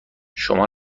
شما